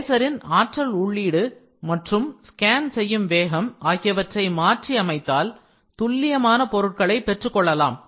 லேசரின் ஆற்றல் உள்ளீடு மற்றும் ஸ்கேன் செய்யும் வேகம் ஆகியவற்றை மாற்றி அமைத்தால் துல்லியமான பொருட்களை பெற்றுக் கொள்ளலாம்